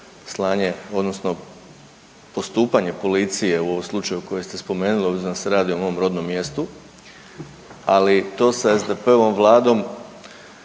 slanje odnosno postupanje policije u ovom slučaju koji ste spomenuli, a obzirom da se radi o mom rodnom mjestu, ali to s SDP-ovom vladom